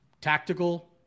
tactical